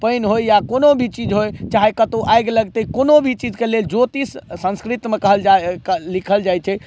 पानि होइया कोनो भी चीज होए चाहे कतौ आगि लगतै कोनो भी चीजकेँ लेल ज्योतिष संस्कृतमे लिखल जाइ छै